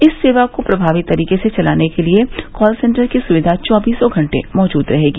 इस सेवा को प्रभावी तरीके से चलाने के लिए कॉल सेन्टर की सुविधा चौबीसों घंटे मौजूद रहेगी